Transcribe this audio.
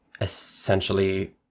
essentially